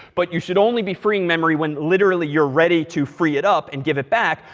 but you should only be freeing memory when, literally, you're ready to free it up and give it back,